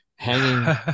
hanging